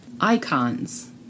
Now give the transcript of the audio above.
icons